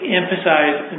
emphasize